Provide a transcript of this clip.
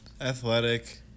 athletic